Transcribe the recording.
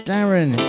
Darren